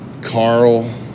Carl